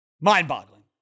Mind-boggling